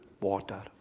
water